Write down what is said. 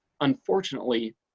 unfortunately